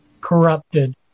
corrupted